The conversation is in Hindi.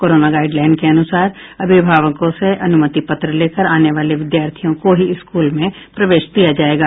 कोरोना गाईडलाइन के अनुसार अभिभावकों से अनुमति पत्र लेकर आने वाले विद्यार्थियों को ही स्कूल में प्रवेश दिया जायेगा